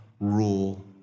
rule